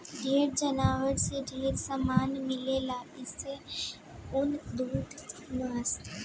ढेर जानवर से ढेरे सामान मिलेला जइसे ऊन, दूध मांस